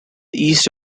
east